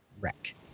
wreck